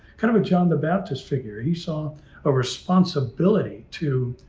kind of john the baptist figure. he saw a responsibility to,